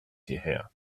hierher